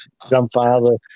grandfather